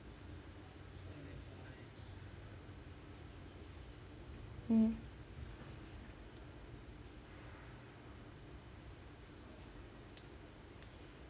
mm